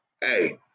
Hey